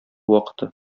вакыты